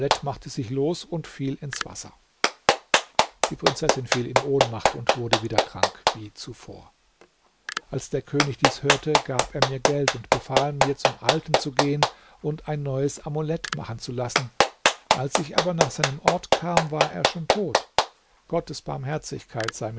machte sich los und fiel ins wasser die prinzessin fiel in ohnmacht und wurde wieder krank wie zuvor als der könig dies hörte gab er mir geld und befahl mir zum alten zu gehen und ein neues amulett machen zu lassen als ich aber nach seinem ort kam war er schon tot gottes barmherzigkeit